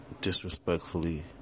Disrespectfully